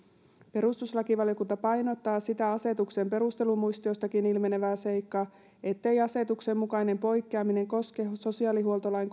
perustuslakivaliokunta painottaa sitä asetuksen perustelumuistiostakin ilmenevää seikkaa ettei asetuksen mukainen poikkeaminen koske sosiaalihuoltolain